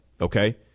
okay